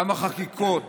כמה חקיקות